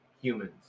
humans